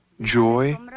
joy